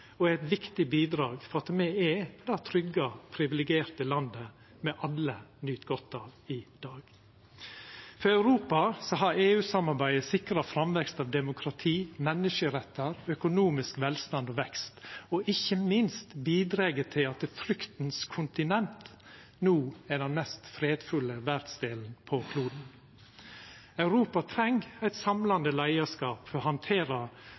og er eit viktig bidrag for at me er det trygge, privilegerte landet me alle nyt godt av i dag. For Europa har EU-samarbeidet sikra framvekst av demokrati, menneskerettar, økonomisk velstand og vekst og ikkje minst bidrege til at fryktens kontinent no er den mest fredfulle verdsdelen på kloden. Europa treng eit samlande leiarskap for å handtera